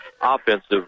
offensive